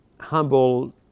humble